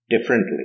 differently